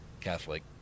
Catholic